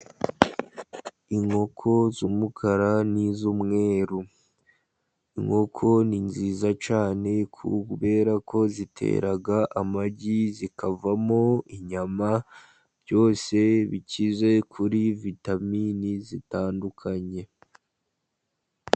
Inkoko z'umukara n'iz'umweru. Inkoko ni nziza cyane kubera ko zitera amagi zikavamo inyama byose bikize kuri vitamini zitandukanye.